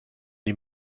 die